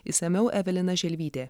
išsamiau evelina želvytė